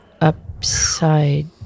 upside